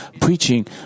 preaching